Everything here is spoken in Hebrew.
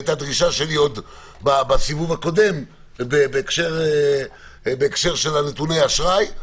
זו היתה הדרישה שלי קודם, בהקשר של נתוני האשראי.